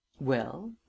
Well